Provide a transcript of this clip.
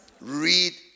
Read